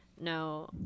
no